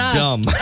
dumb